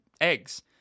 eggs